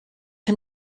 him